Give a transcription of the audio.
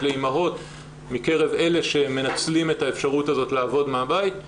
לאימהות מקרב אלה שמנצלים את האפשרות הזאת לעבוד מהבית.